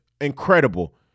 incredible